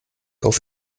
auf